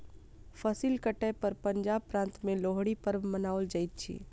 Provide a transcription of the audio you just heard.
फसिल कटै पर पंजाब प्रान्त में लोहड़ी पर्व मनाओल जाइत अछि